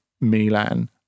Milan